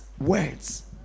Words